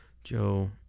Joe